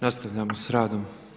Nastavljamo sa radom.